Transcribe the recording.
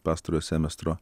pastarojo semestro